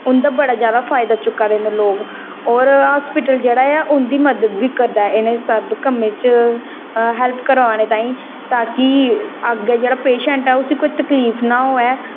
उंदा बडा ज्यादा फायदा चुका दे ना लोक और हाॅस्पिटल जेहड़ा ऐ उंदी मदद बी करदा ऐ इनें सब कम्मे च हैल्प करवाने तांई ताकि अग्गै जेहड़ा पेशेंट ऐ उसी कोई तकलीफ ऩा होऐ